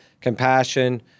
compassion